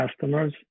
customers